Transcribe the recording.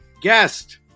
guest